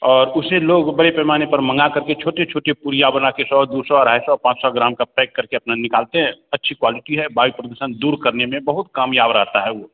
और उसे लोग बड़े पैमाने पर मंगा करके छोटी छोटी पुड़िया बना के सौ दो सौ अढ़ाई सौ पाँच सौ ग्राम का पैक करके अपना निकालते हैं अच्छी क्वालिटी है वायु प्रदूषण दूर करने में बहुत कामयाब रहता है वह